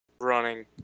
running